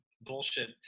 bullshit